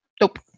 Nope